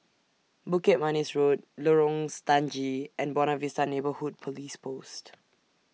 Bukit Manis Road Lorong Stangee and Buona Vista Neighbourhood Police Post